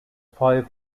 five